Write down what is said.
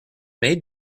made